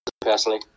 personally